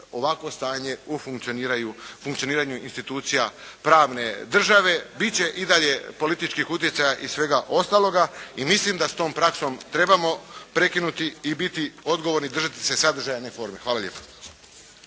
ovakvo stanje u funkcioniranju institucija pravne države. Bit će i dalje političkih utjecaja i svega ostaloga. I mislim da s tom praksom trebamo prekinuti i biti odgovorni i držati se sadržaja a ne forme. Hvala lijepa.